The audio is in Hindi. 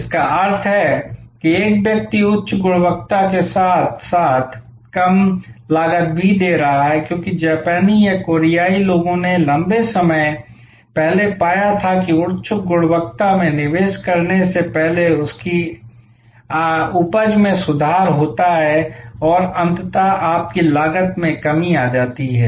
जिसका अर्थ है एक व्यक्ति उच्च गुणवत्ता के साथ साथ कम लागत भी दे रहा है क्योंकि जापानी या कोरियाई लोगों ने लंबे समय पहले पाया था कि उच्च गुणवत्ता में निवेश करने से आपकी उपज में सुधार होता है और अंततः आपकी लागत में कमी आती है